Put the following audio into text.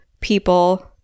people